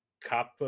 cup